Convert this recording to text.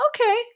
okay